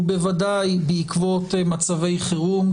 ובוודאי בעקבות מצבי חירום,